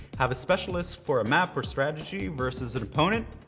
have a specialist for a map or strategy versus an opponent?